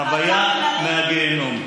חוויה מהגיהינום.